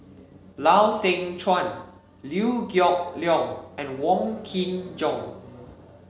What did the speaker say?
Lau Teng Chuan Liew Geok Leong and Wong Kin Jong